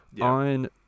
On